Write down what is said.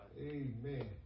Amen